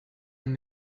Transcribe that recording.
and